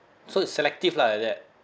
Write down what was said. so it's selective lah like that